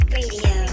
Radio